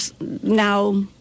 now